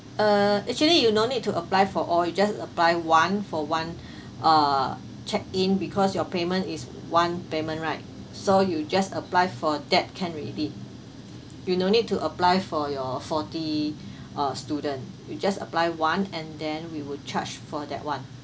uh actually you no need to apply for all you just apply one for one uh check in because your payment is one payment right so you just apply for that can already you no need to apply for your forty uh student we just apply one and then we were charged for that one